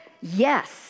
yes